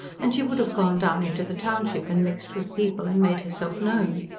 and she would have gone down into the township and mixed with people and made herself known.